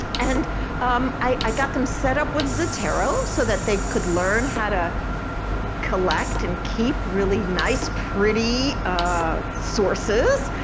and um i got them set up with zotero so that they could learn how to collect and keep really nice, pretty sources.